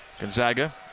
Gonzaga